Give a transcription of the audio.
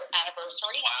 anniversary